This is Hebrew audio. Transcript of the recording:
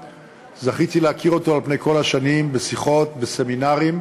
שצריך לעשות בו סדר גדול,